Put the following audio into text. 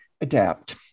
adapt